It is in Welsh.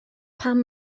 pam